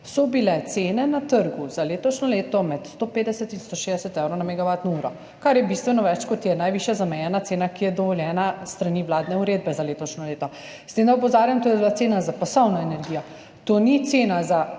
so bile cene na trgu za letošnje leto med 150 in 160 evrov na megavatno uro, kar je bistveno več, kot je najvišja zamejena cena, ki je dovoljena s strani vladne uredbe za letošnje leto. S tem da, opozarjam, je bila to cena za pasovno energijo, to ni cena za